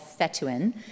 Fetuin